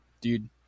Dude